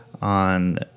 on